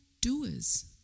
doers